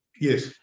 yes